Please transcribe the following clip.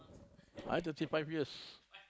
I want to achieve five years